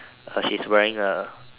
uh she's wearing a